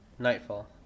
Nightfall